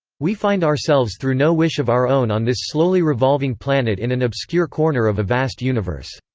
we find ourselves through no wish of our own on this slowly revolving planet in an obscure corner of a vast universe.